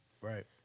Right